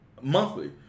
monthly